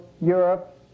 Europe